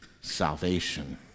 salvation